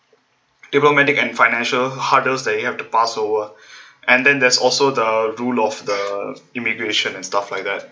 dipolomatic and financial hurdles that you have to pass over and then there's also the rule of the immigration and stuff like that